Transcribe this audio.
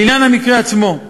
לעניין המקרה עצמו,